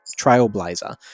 trailblazer